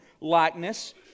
likeness